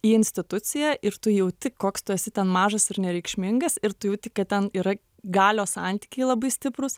į instituciją ir tu jauti koks tu esi ten mažas ir nereikšmingas ir tu jauti kad ten yra galios santykiai labai stiprūs